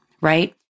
right